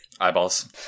Eyeballs